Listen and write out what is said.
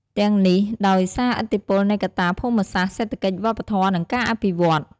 ទាំងនេះដោយសារឥទ្ធិពលនៃកត្តាភូមិសាស្ត្រ សេដ្ឋកិច្ច វប្បធម៌ និងការអភិវឌ្ឍន៍។